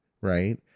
right